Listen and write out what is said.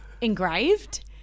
engraved